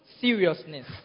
Seriousness